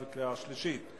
נגד,